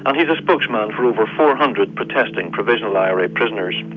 and he's a spokesman for over four hundred protesting provisional ira prisoners.